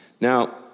Now